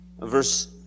Verse